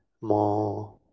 more